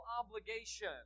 obligation